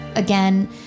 again